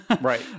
Right